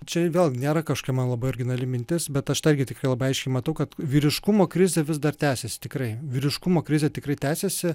čia ir vėl nėra kažkia labai originali mintis bet aš tą tikrai irgi labai aiškiai matau kad vyriškumo krizė vis dar tęsiasi tikrai vyriškumo krizė tikrai tęsiasi